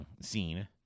scene